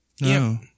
No